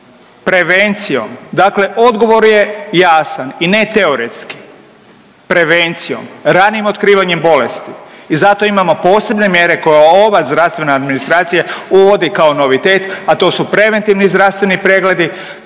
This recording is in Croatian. prevencijom, dakle odgovor je jasan i ne teoretski, prevencijom, ranim otkrivanjem bolesti i zato imamo posebne mjere koje ova zdravstvena administracija uvodi kao novitet, a to su preventivni zdravstveni pregledi,